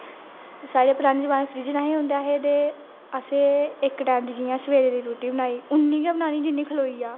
साढ़े पराने जमाने च फ्रिज नेईं है होंदे ऐ असें इक टाइम दी रोटी जियां सवेरे दी रोटी बनाई उन्नी गै बनानी जिन्नी खलोई जाए